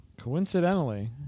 coincidentally